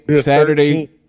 Saturday